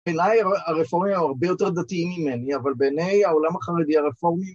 בעיניי, הרפורמים הרבה יותר דתיים ממני, אבל בעיני העולם החרדי הרפורמי